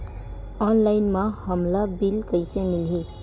Online म हमला bill कइसे मिलही?